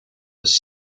was